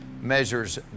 measures